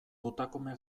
putakume